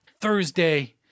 Thursday